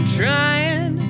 trying